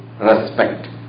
respect